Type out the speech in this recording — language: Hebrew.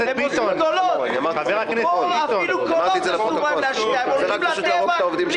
או שתציעי לישראל ביתנו להחליף את איווט ליברמן,